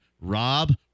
Rob